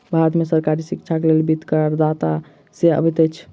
भारत में सरकारी शिक्षाक लेल वित्त करदाता से अबैत अछि